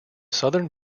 southern